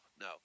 no